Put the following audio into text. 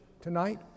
tonight